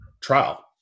trial